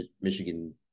Michigan